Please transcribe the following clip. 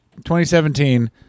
2017